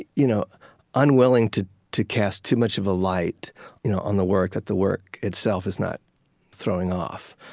you know unwilling to to cast too much of a light you know on the work that the work itself is not throwing off.